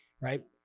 right